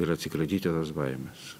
ir atsikratyti tos baimės